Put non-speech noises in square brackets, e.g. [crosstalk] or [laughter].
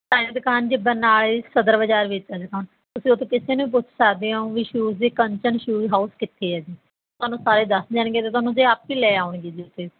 [unintelligible] ਦੁਕਾਨ ਜੀ ਬਰਨਾਲੇ ਸਦਰ ਬਾਜ਼ਾਰ ਵਿੱਚ ਹੈ ਦੁਕਾਨ ਤੁਸੀਂ ਉੱਥੋਂ ਕਿਸੇ ਨੂੰ ਪੁੱਛ ਸਕਦੇ ਹੋ ਵੀ ਸ਼ੂਜ਼ ਦੇ ਕੰਚਨ ਸ਼ੂਜ ਹਾਊਸ ਕਿੱਥੇ ਹੈ ਜੀ ਤੁਹਾਨੂੰ ਸਾਰੇ ਦੱਸ ਦੇਣਗੇ ਅਤੇ ਤੁਹਾਨੂੰ ਤੇ ਆਪੇ ਲੈ ਆਉਣਗੇ ਜੀ ਉੱਥੇ